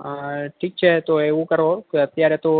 આ ઠીક છે તો એવું કરો કે અત્યારે તો